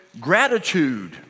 gratitude